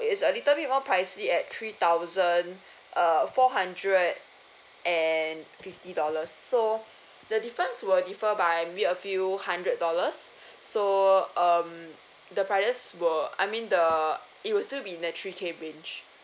is a little bit more pricey at three thousand err four hundred and fifty dollars so the difference will differ maybe a few hundred dollars so um the prices will I mean the it will still be in the three K range